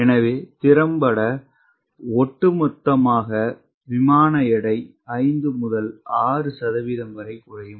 எனவே திறம்பட ஒட்டுமொத்த விமான எடை 5 முதல் 6 சதவீதம் வரை குறையும்